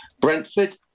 Brentford